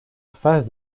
phase